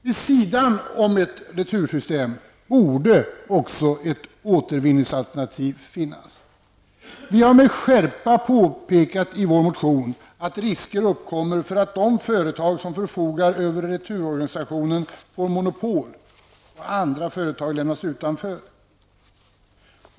Vid sidan av ett retursystem borde också ett återvinningsalternativ finnas. Vi har med skärpa påpekat i vår motion att risker uppkommer för att de företag som förfogar över returorganisationen får monopol och andra företag lämnas utanför.